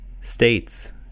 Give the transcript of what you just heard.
states